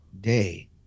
day